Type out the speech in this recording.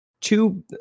two